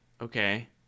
Okay